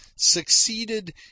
succeeded